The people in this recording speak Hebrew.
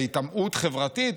היטמעות חברתית,